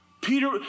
Peter